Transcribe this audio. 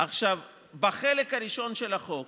החלק הראשון של החוק